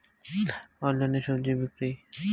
অনলাইনে স্বজি বিক্রি?